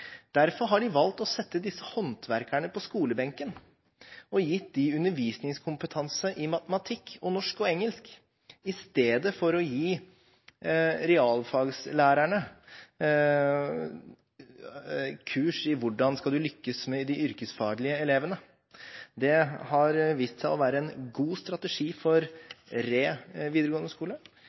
Derfor har de valgt å sette disse håndverkerne på skolebenken og har gitt dem undervisningskompetanse i matematikk, norsk og engelsk, i stedet for å gi realfaglærerne kurs i hvordan man skal lykkes med de yrkesfaglige elevene. Dette har vist seg å være en god strategi for Re videregående skole.